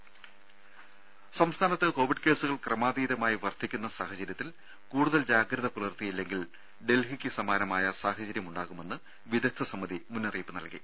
രുര സംസ്ഥാനത്ത് കൊവിഡ് കേസുകൾ ക്രമാതീതമായി വർധിക്കുന്ന സാഹചര്യത്തിൽ കൂടുതൽ ജാഗ്രത പുലർത്തിയില്ലെങ്കിൽ ദൽഹിക്ക് സമാനമായ സാഹചര്യമുണ്ടാകുമെന്ന് വിദഗ്ദ്ധ സമിതി മുന്നറിയിപ്പ് നൽകി